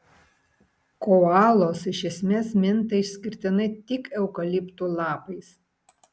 koalos iš esmės minta išskirtinai tik eukaliptų lapais